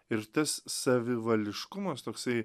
ir tas savivališkumas toksai